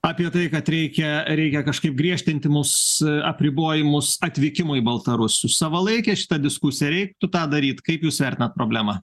apie tai kad reikia reikia kažkaip griežtinti mus apribojimus atvykimui baltarusių savalaikė šita diskusija reiktų tą daryti kaip jūs vertinat problemą